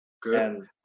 Good